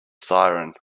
siren